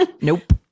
Nope